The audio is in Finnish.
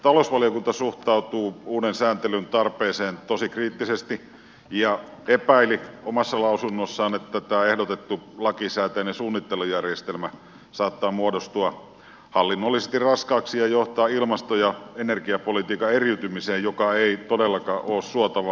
talousvaliokunta suhtautuu uuden sääntelyn tarpeeseen tosi kriittisesti ja epäili omassa lausunnossaan että tämä ehdotettu lakisääteinen suunnittelujärjestelmä saattaa muodostua hallinnollisesti raskaaksi ja johtaa ilmasto ja energiapolitiikan eriytymiseen joka ei todellakaan ole suotavaa